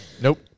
Nope